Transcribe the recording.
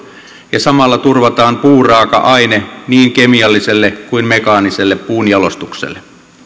ja samalla turvataan puuraaka aine niin kemialliselle kuin mekaaniselle puunjalostukselle